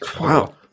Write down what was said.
Wow